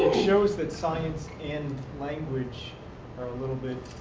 shows that science and language are a little bit